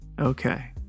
Okay